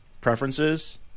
preferences